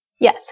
Yes